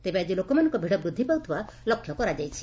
ତେବେ ଆଜି ଲୋକମାନଙ୍କ ଭିଡ଼ ବୃଦ୍ଧି ପାଉଥିବା ଲକ୍ଷ୍ୟ କରାଯାଉଛି